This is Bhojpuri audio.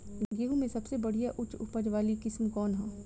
गेहूं में सबसे बढ़िया उच्च उपज वाली किस्म कौन ह?